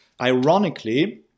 Ironically